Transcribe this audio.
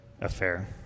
affair